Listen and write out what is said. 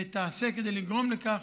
תעשה הם כדי לגרום לכך